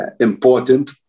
important